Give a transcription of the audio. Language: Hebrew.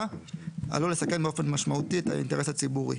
עלול לסכן באופן משמעותי את האינטרס הציבורי.